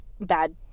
bad